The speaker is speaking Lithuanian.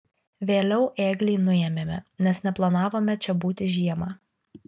vėliau ėglį nuėmėme nes neplanavome čia būti žiemą